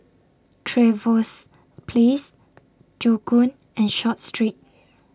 Trevose Place Joo Koon and Short Street